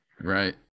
Right